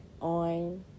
on